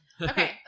okay